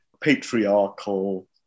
patriarchal